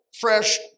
fresh